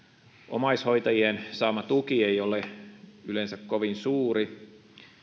omaishoitajien saama tuki ei ole yleensä kovin suuri